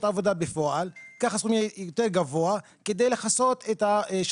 כמובן אם הוותק יותר גדול, נגדיל את זה.